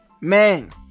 man